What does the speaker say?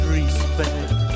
respect